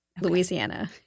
Louisiana